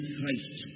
Christ